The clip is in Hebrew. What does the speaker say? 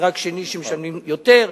מדרג שני, שמשלמים יותר,